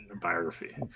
biography